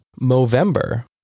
Movember